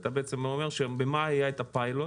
אתה אומר שבמאי היה פיילוט,